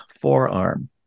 forearm